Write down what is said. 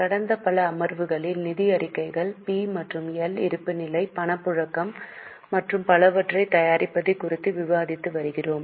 கடந்த பல அமர்வுகளில் நிதி அறிக்கைகள் பி மற்றும் எல் இருப்புநிலை பணப்புழக்கம் மற்றும் பலவற்றைத் தயாரிப்பது குறித்து விவாதித்து வருகிறோம்